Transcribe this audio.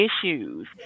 issues